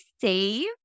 save